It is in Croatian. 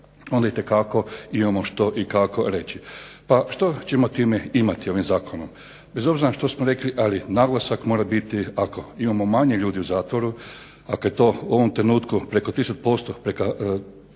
onda itekako imamo što i kako reći. Pa, što ćemo time imati, ovim zakonom? Bez obzira na što smo rekli, ali naglasak mora biti, ako imamo manje ljudi u zatvoru, ako je to u ovom trenutku preko 30%